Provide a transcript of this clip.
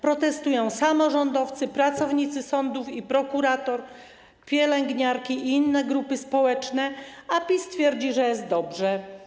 Protestują samorządowcy, pracownicy sądów i prokuratur, pielęgniarki i inne grupy społeczne, a PiS twierdzi, że jest dobrze.